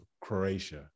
Croatia